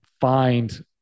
find